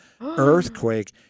earthquake